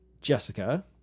jessica